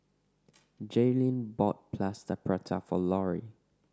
Jaelynn bought Plaster Prata for Lorrie